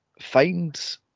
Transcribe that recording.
find